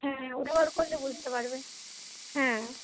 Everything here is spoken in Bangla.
হ্যাঁ ও ব্যবহার করলে বুঝতে পারবে হ্যাঁ